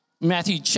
Matthew